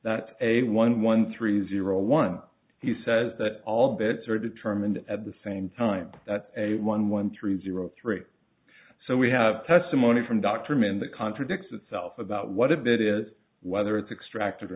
that a one one three zero one he says that all bits are determined at the same time a one one three zero three so we have testimony from dr min that contradicts itself about what it is whether it's extracted or